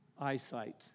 eyesight